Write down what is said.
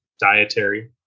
dietary